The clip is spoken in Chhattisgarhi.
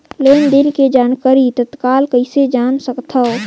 लेन देन के जानकारी तत्काल कइसे जान सकथव?